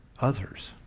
others